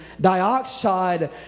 dioxide